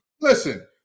Listen